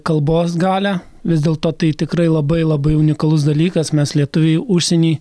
kalbos galią vis dėlto tai tikrai labai labai unikalus dalykas mes lietuviai užsieny